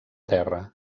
terra